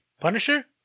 Punisher